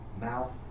mouth